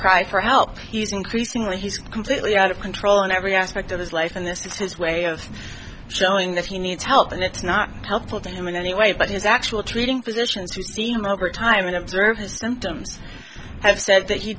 cry for help he's increasingly he's completely out of control in every aspect of his life and this is his way of showing that he needs help and it's not helpful to him in any way but his actual treating physicians who seem over time and observe his symptoms have said that he